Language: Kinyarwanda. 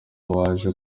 waje